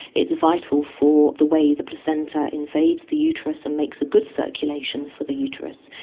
it's vital for the way the placenta invades the uterus and makes a good circulation for the uterus.